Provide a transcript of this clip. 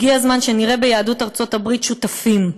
הגיע הזמן שנראה ביהדות ארצות הברית שותפים.